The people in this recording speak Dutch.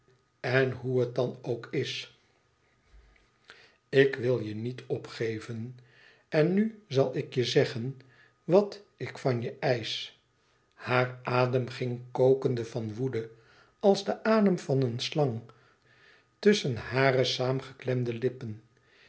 en hoe het dan ook is ik wil je niet opgeven en nu zal ik je zeggen wat ik van je eisch haar adem ging kokende van woede als de adem van een slang tusschen hare saamgeklemde lippen